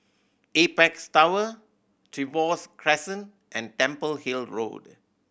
Apex Tower Trevose Crescent and Temple Hill Road